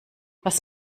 was